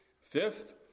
Fifth